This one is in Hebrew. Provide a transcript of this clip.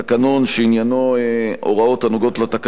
שעניינו הוראות הנוגעות לתקנון עצמו,